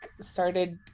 started